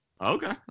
Okay